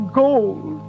gold